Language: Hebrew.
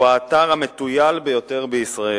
הוא האתר המטויל ביותר בישראל.